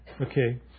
okay